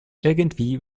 irgendwie